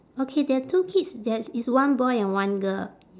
okay there are two kids that's it's one boy and one girl